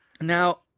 Now